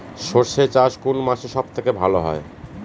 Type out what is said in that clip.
সর্ষে চাষ কোন মাসে সব থেকে ভালো হয়?